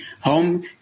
home